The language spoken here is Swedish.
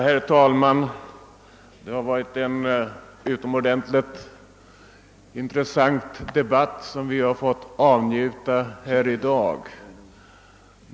Herr talman! Det har varit en utomordentligt intressant debatt vi i dag fått avnjuta.